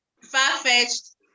far-fetched